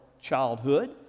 childhood